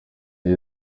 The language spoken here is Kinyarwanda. izo